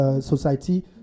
Society